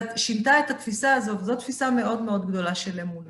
שינתה את התפיסה הזאת, זו תפיסה מאוד מאוד גדולה של אמונה.